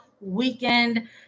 weekend